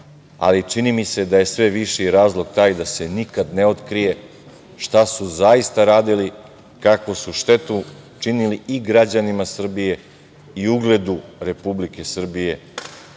ali čini mi se da je sve veći razlog taj da se nikad ne otkrije šta su zaista radili, kakvu su štetu činili i građanima Srbije i ugledu Republike Srbije